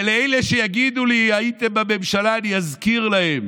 ולאלה שיגידו לי: הייתם בממשלה, אני אזכיר להם: